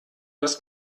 das